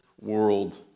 world